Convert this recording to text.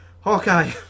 Hawkeye